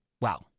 Wow